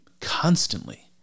constantly